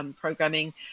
programming